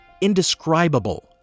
indescribable